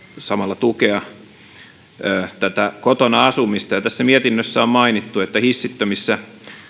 samalla tukea kotona asumista tässä mietinnössä on mainittu että hissittömissä